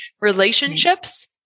relationships